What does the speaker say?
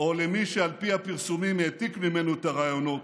או למי שעל פי הפרסומים הוא העתיק ממנו את הרעיונות.